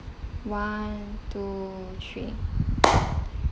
one two three